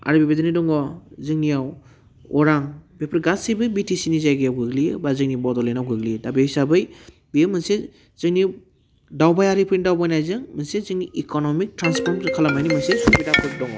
आरो बेबायदिनो दङ जोंनियाव अरां बेफोर गासैबो बिटिसिनि जायगायाव गोग्लैयो बा जोंनि बड'लेण्डआव गोग्लैयो दा बे हिसाबै बेयो मोनसे जोंनि दावबायारिफोरनि दावबायनायजों मोनसे जोंनि इक'नमिक ट्रान्सफर्म खालामनायनि मोनसे सुबिदाफोर दङ